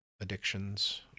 addictions